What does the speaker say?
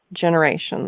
generations